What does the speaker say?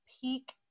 peak